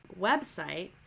website